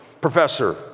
Professor